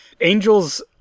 Angel's